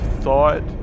thought